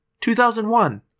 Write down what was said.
2001